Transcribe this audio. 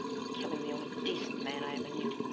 killing the only decent man i ever knew.